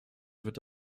wird